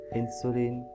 insulin